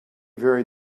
very